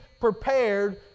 prepared